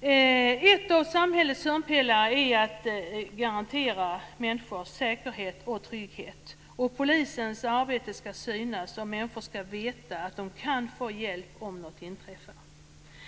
En av samhällets hörnpelare är att garantera människor säkerhet och trygghet. Polisens arbete ska synas, och människor ska veta att de kan få hjälp om något inträffar.